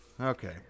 Okay